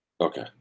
Okay